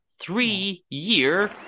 three-year